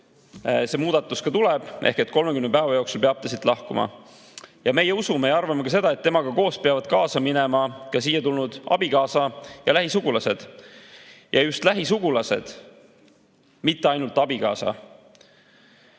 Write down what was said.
see muudatus ka tuleb ehk 30 päeva jooksul peab ta siit lahkuma. Meie usume ja arvame ka seda, et temaga koos peavad kaasa minema ka siia tulnud abikaasa ja lähisugulased. Ja just lähisugulased, mitte ainult abikaasa,